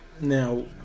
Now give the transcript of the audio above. now